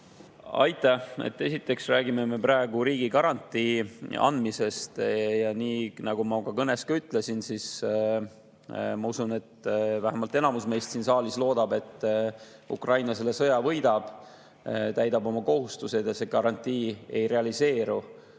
Aitäh! Esiteks räägime me praegu riigigarantii andmisest. Nii nagu ma ka oma kõnes ütlesin, ma usun, et vähemalt enamus siin saalis loodab, et Ukraina selle sõja võidab, täidab oma kohustused ja see garantii ei realiseeru.